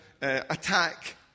attack